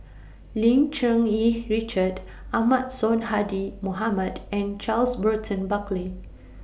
Lim Cherng Yih Richard Ahmad Sonhadji Mohamad and Charles Burton Buckley